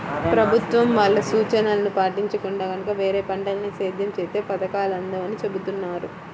ప్రభుత్వం వాళ్ళ సూచనలను పాటించకుండా గనక వేరే పంటల్ని సేద్యం చేత్తే పథకాలు అందవని చెబుతున్నారు